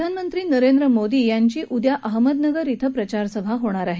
प्रधानमंत्री नरेंद्र मोदी यांची उद्या अहमदनगर क्रि प्रचारसभा होणार आहे